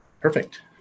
Perfect